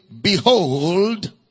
Behold